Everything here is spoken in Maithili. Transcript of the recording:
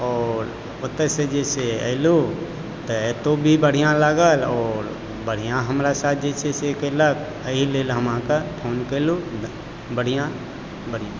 आओर ओतय सॅं जे से अयलहुॅं तऽ एतौ भी बढ़िऑं लागल आओर बढ़िऑं हमरा साथ जे छै से कयलक एहि लेल हम अहाँके फोन केलहुॅं बढ़िऑं बढ़िऑं